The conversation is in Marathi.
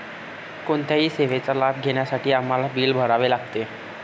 कोणत्याही सेवेचा लाभ घेण्यासाठी आम्हाला बिल भरावे लागते